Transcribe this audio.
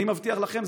אני מבטיח לכם,